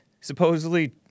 supposedly